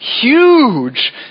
huge